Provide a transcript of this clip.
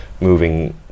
moving